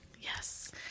Yes